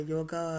Yoga